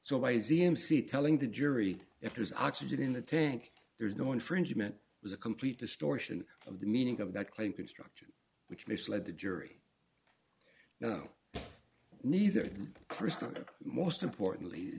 is e m c telling the jury if there is oxygen in the tank there's no infringement was a complete distortion of the meaning of that claim construction which misled the jury know neither the st and most importantly